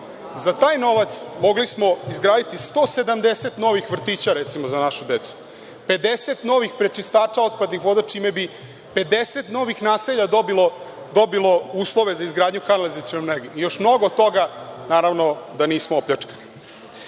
Za taj novac mogli smo izgraditi 170 novih vrtića, recimo, za našu decu, 50 novih prečistača otpadnih voda, čime bi 50 novih naselja dobilo uslove za izgradnju kanalizacione mreže i još mnogo toga, naravno, da nismo opljačkani. Dakle,